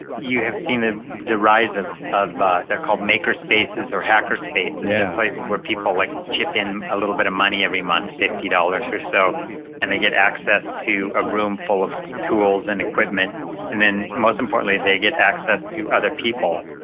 you have seen ah a rise of of they're called makerspaces or hackerspaces there are places where people like chip in a little bit of money every month fifty dollars or so and they get access to a room full of tools and equipment and then most importantly, they get access to other people,